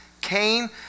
Cain